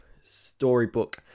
storybook